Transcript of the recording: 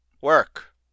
Work